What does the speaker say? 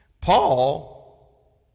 Paul